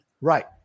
Right